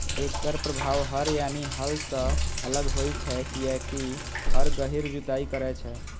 एकर प्रभाव हर यानी हल सं अलग होइ छै, कियैकि हर गहींर जुताइ करै छै